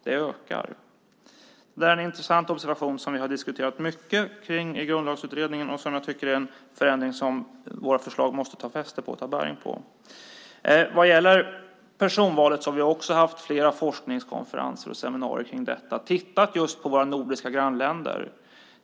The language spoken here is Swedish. Det är en intressant observation som vi diskuterat mycket i Grundlagsutredningen, och jag anser att det är en förändring som våra förslag måste ta fasta på. Beträffande personval har vi haft flera forskningskonferenser och seminarier kring det och då särskilt tittat på våra nordiska grannländer.